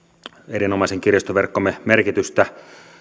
erinomaisen kirjastoverkkomme merkitystä